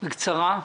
בבקשה.